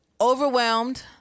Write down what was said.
overwhelmed